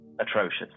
Atrocious